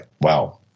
wow